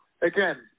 again